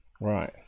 right